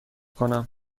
کنم